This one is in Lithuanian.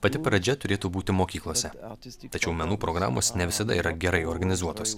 pati pradžia turėtų būti mokyklose tačiau menų programos ne visada yra gerai organizuotos